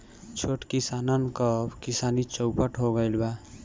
छोट किसानन क किसानी चौपट हो गइल बा